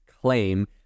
claim